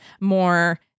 more